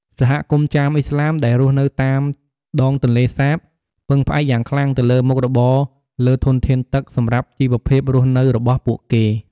សហគមន៍ចាមឥស្លាមដែលរស់នៅតាមដង ទន្លេសាប ពឹងផ្អែកយ៉ាងខ្លាំងទៅមុខរបរលើធនធានទឹកសម្រាប់ជីវភាពរស់នៅរបស់ពួកគេ។